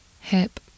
hip